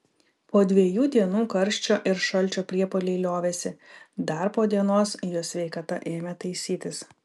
po dviejų dienų karščio ir šalčio priepuoliai liovėsi dar po dienos jo sveikata ėmė taisytis